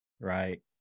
right